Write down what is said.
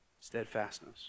steadfastness